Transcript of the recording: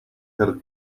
her